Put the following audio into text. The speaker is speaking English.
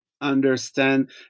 understand